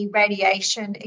radiation